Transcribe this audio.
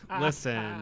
listen